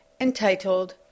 entitled